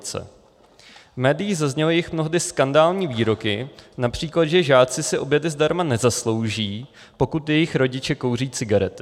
V médiích zazněly jejich mnohdy skandální výroky, například že žáci si obědy zdarma nezaslouží, pokud jejich rodiče kouří cigarety.